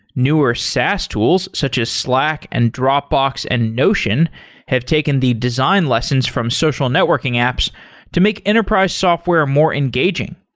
newer saas tools, such as slack and dropbox and notion have taken the design lessons from social networking apps to make enterprise software more engaging.